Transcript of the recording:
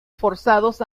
forzados